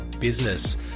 Business